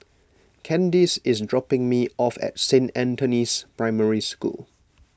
Kandice is dropping me off at Saint Anthony's Primary School